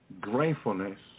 gratefulness